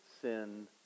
sin